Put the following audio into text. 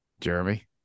Jeremy